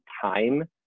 time